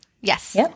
Yes